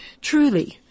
truly